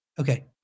Okay